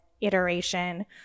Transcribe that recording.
iteration